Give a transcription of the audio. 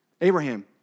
Abraham